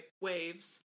waves